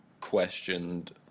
questioned